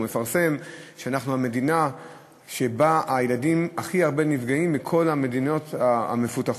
מפרסמת שאנחנו המדינה שבה נפגעים הכי הרבה ילדים מכל המדינות המפותחות.